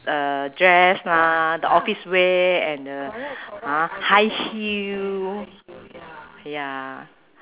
uh dress lah the office wear and the ha high heel ya